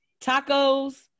tacos